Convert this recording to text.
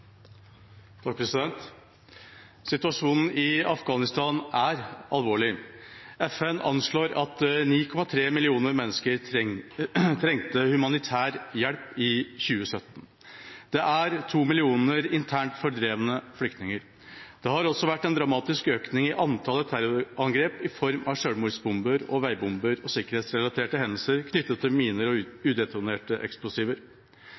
alvorlig. FN anslår at 9,3 millioner mennesker trengte humanitær hjelp i 2017. Det er 2 millioner internt fordrevne flyktninger. Det har også vært en dramatisk økning i antallet terrorangrep i form av selvmordsbomber og veibomber og sikkerhetsrelaterte hendelser knyttet til miner og